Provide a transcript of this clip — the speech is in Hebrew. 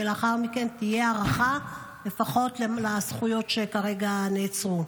ולאחר מכן תהיה הארכה לפחות של הזכויות שכרגע נעצרו,